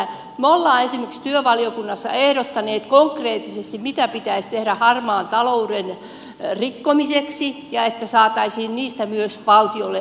me olemme esimerkiksi työvaliokunnassa ehdottaneet konkreettisesti mitä pitäisi tehdä harmaan talouden rikkomiseksi että saataisiin siitä myös valtiolle verotuloja